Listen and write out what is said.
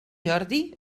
jordi